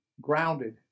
grounded